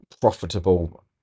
profitable